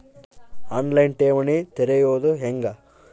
On line ಠೇವಣಿ ತೆರೆಯೋದು ಹೆಂಗ?